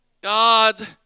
God